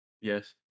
Yes